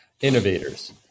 innovators